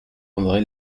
andré